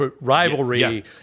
rivalry